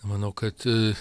manau kad